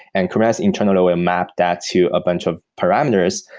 and kubernetes internally ah map that to a bunch of parameters,